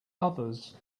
others